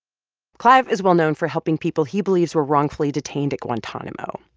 clive is well-known for helping people he believes were wrongfully detained at guantanamo.